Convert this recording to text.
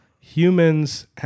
Humans